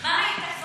מה היית,